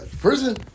prison